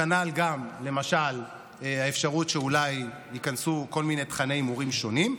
כנ"ל גם למשל האפשרות שאולי ייכנסו כל מיני תוכני הימורים שונים.